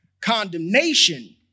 Condemnation